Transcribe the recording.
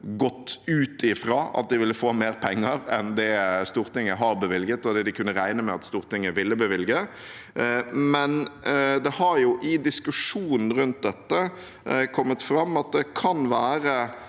gått ut fra at de ville få mer penger enn det Stortinget har bevilget, og det de kunne regne med at Stortinget ville bevilge. Imidlertid har det i diskusjonen rundt dette kommet fram at det kan være